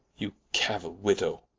you cauill, widow,